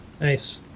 Nice